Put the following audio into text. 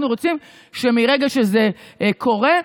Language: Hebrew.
אנחנו רוצים שמרגע שזה קורה,